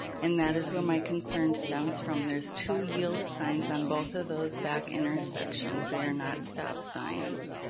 and that is where my concern stems from. there's two yield signs on both of those back intersections, they're not stop signs.